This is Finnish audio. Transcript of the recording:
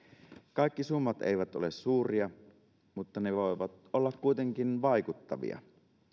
kaikki summat eivät ole suuria mutta ne voivat olla kuitenkin vaikuttavia iloitsen